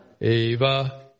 Eva